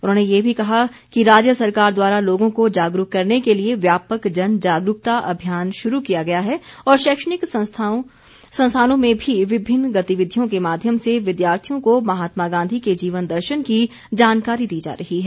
उन्होंने ये भी कहा कि राज्य सरकार द्वारा लोगों को जागरूक करने के लिए व्यापक जन जागरूकता अभियान शुरू किया गया है और शैक्षणिक संस्थानों में भी विभिन्न गतिविधियों के माध्यम से विद्यार्थियों को महात्मा गांधी के जीवन दर्शन की जानकारी दी जा रही है